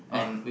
oh